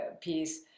piece